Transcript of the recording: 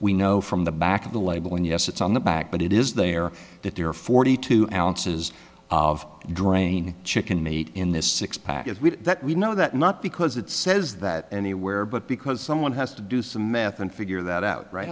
we know from the back of the label and yes it's on the back but it is there that there are forty two ounces of draining chicken meat in this six pack if we that we know that not because it says that anywhere but because someone has to do some math and figure that out right